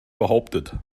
behauptet